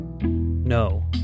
No